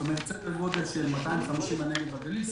זאת אומרת בערך 250 בנגב ובגליל,